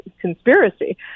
conspiracy